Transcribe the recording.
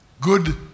good